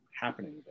happening